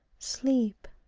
sleep,